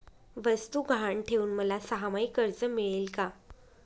वस्तू गहाण ठेवून मला सहामाही कर्ज मिळेल का?